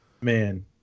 Man